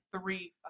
three